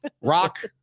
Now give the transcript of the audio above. Rock